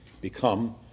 become